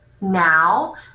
now